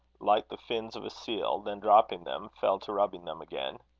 like the fins of a seal then, dropping them, fell to rubbing them again.